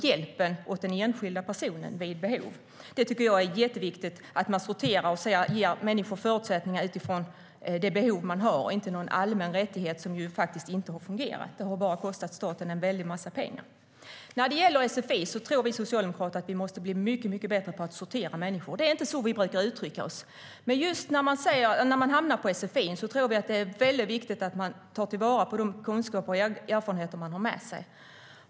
Hjälpen åt den enskilda personen vid behov tycker jag är jätteviktigt. Det handlar om att man sorterar och ger människor förutsättningar utifrån de behov de har och inte gör det till något slags allmän rättighet som inte har fungerat. Det har bara kostat staten en väldig massa pengar. När det gäller sfi tror vi socialdemokrater att vi måste bli mycket bättre på att sortera människor. Det är inte så vi brukar uttrycka oss. Men när människor hamnar i sfi:n tror vi att det är väldigt viktigt att man tar vara på de kunskaper och erfarenheter som människor har med sig.